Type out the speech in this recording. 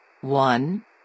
One